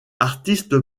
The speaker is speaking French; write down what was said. artiste